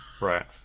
right